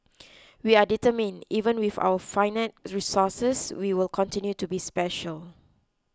we are determined even with our finite resources we will continue to be special